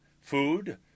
food